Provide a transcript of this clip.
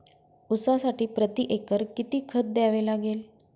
ऊसासाठी प्रतिएकर किती खत द्यावे लागेल?